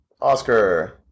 Oscar